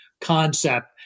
concept